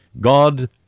God